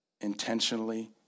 intentionally